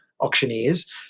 auctioneers